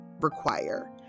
require